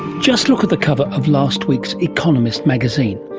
just look at the cover of last week's economist magazine,